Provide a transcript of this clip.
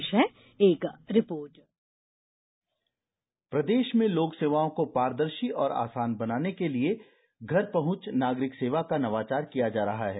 पेश है एक रिपोर्ट प्रदेष में लोक सेवाओं को पारदर्षी और आसान बनाने के लिए घर पहंच नागरिक सेवा का नवाचार किया जा रहा है